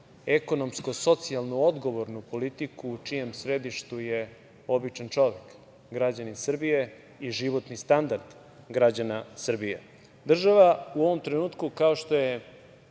ekonomsko-socijalnu, odgovornu politiku u čijem sedištu je običan čovek, građanin Srbije i životni standard građana Srbije. Država u ovom trenutku, kao što je